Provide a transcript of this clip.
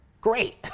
Great